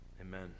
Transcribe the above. amen